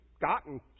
gotten